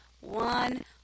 one